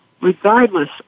Regardless